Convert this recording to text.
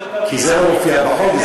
כי זה לא הופיע בחוק,